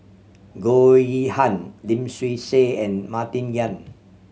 Goh Yihan Lim Swee Say and Martin Yan